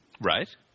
right